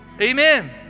Amen